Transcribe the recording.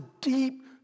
deep